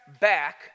back